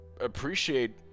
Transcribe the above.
appreciate